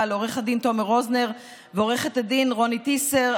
ולעו"ד תומר רוזנר ועו"ד רוני טיסר,